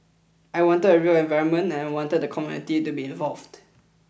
I wanted a real environment and I wanted the community to be involved